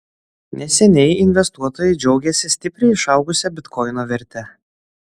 neseniai investuotojai džiaugėsi stipriai išaugusia bitkoino verte